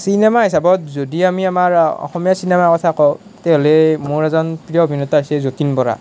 cinema হিচাপত যদি আমি আমাৰ অসমীয়া চিনেমাৰ কথা কওঁ তেতিয়াহ'লে মোৰ এজন প্ৰিয় অভিনেতা হৈছে যতীন বৰা